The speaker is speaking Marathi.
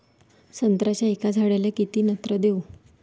संत्र्याच्या एका झाडाले किती नत्र देऊ?